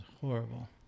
horrible